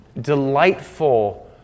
delightful